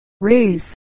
raise